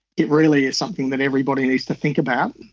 it really is something that everybody needs to think about,